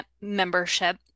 membership